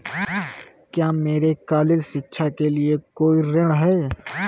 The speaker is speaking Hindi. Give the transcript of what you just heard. क्या मेरे कॉलेज शिक्षा के लिए कोई ऋण है?